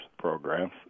Programs